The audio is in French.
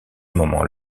moment